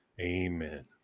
Amen